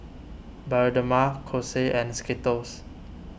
Bioderma Kose and Skittles